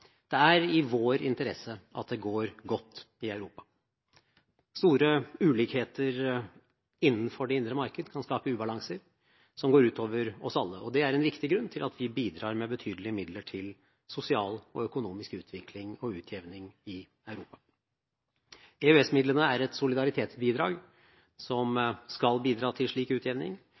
Det er i vår interesse at det går godt i Europa. Store ulikheter innenfor det indre marked kan skape ubalanser som går ut over oss alle. Det er en viktig grunn til at vi bidrar med betydelige midler til sosial og økonomisk utvikling og utjevning i Europa. EØS-midlene er et solidaritetsbidrag som skal bidra til slik utjevning,